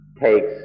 takes